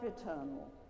eternal